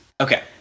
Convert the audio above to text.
Okay